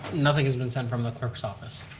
nothing has been sent from the clerk's office.